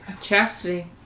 Chastity